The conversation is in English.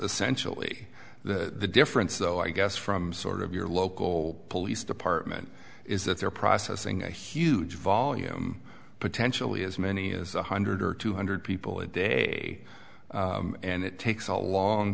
essentially the difference so i guess from sort of your local police department is that they're processing a huge volume potentially as many as one hundred or two hundred people a day and it takes a long